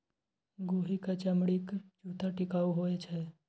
गोहि क चमड़ीक जूत्ता टिकाउ होए छै